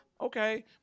okay